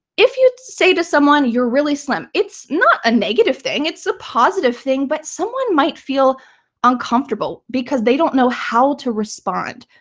if you say to someone, you're really slim, it's not a negative thing, it's a positive thing, but someone might feel uncomfortable because they don't know how to respond.